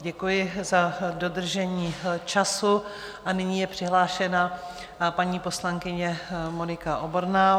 Děkuji za dodržení času a nyní je přihlášena paní poslankyně Monika Oborná.